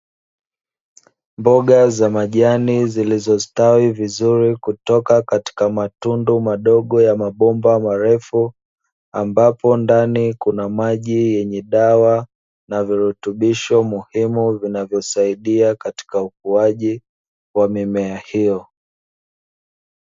Mboga za majani zilizostawi vizuri kutoka katika matundu madogo ya mabomba marefu, ambapo ndani kuna maji yenye dawa na virutubisho muhimu, vinavyosaidia katika ukuaji wa mimea hiyo.